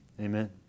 Amen